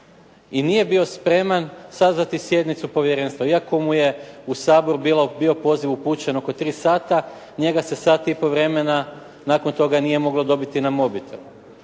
i nije bio spreman sazvati sjednicu povjerenstva iako mu je u Sabor bio poziv upućen oko tri sada njega se sat i pol vremena nakon toga nije moglo dobiti na mobitel.